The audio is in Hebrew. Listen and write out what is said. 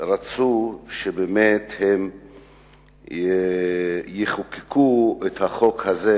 רצו שבאמת הם יחוקקו את החוק הזה,